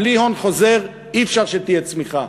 בלי הון חוזר אי-אפשר שתהיה צמיחה.